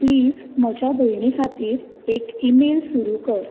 please म्हज्या भयणी खातीर एक ईमेल सुरू कर